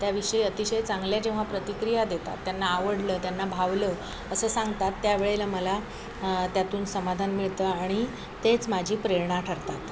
त्याविषयी अतिशय चांगल्या जेव्हा प्रतिक्रिया देतात त्यांना आवडलं त्यांना भावलं असं सांगतात त्यावेळेला मला त्यातून समाधान मिळतं आणि तेच माझी प्रेरणा ठरतात